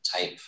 type